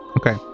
Okay